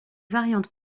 variante